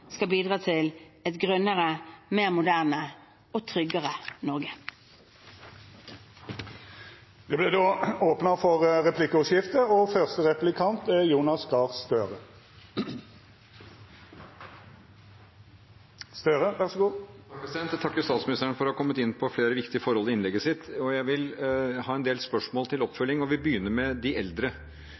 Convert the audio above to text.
skal bidra til et grønnere, mer moderne og tryggere Norge. Det vert replikkordskifte. Jeg vil takke statsministeren for å ha kommet inn på flere viktige forhold i innlegget sitt. Jeg har en del oppfølgingsspørsmål, og vi begynner med de eldre.